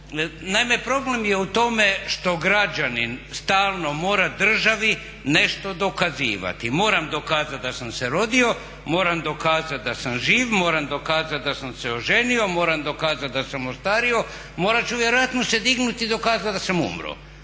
Naime, problem je u tome što građanin stalno mora državi nešto dokazivati. Moram dokazati da sam se rodio, moram dokazati da sam živ, moram dokazati da sam se oženio, moram dokazati da sam ostario. Morati ću vjerojatno se dignuti i dokazati da sam umro.